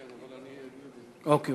כן, אבל אני אגיד, אוקיי,